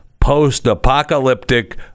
post-apocalyptic